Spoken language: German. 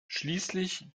schließlich